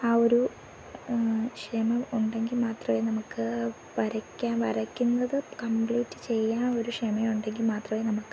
ആ ഒരു ക്ഷമ ഉണ്ടെങ്കിൽ മാത്രമേ നമുക്ക് വരയ്ക്കാൻ വരയ്ക്കുന്നത് കമ്പ്ലീറ്റ് ചെയ്യാൻ ഒരു ക്ഷമ ഉണ്ടെങ്കിൽ മാത്രമെ നമുക്ക്